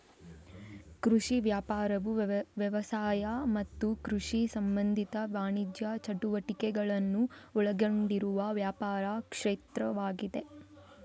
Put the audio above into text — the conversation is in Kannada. ಕೃಷಿ ವ್ಯಾಪಾರವು ವ್ಯವಸಾಯ ಮತ್ತು ಕೃಷಿ ಸಂಬಂಧಿತ ವಾಣಿಜ್ಯ ಚಟುವಟಿಕೆಗಳನ್ನ ಒಳಗೊಂಡಿರುವ ವ್ಯಾಪಾರ ಕ್ಷೇತ್ರವಾಗಿದೆ